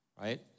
Right